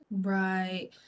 Right